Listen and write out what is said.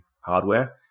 hardware